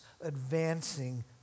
advancing